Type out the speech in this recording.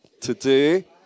today